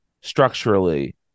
structurally